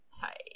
tight